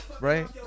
right